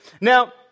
Now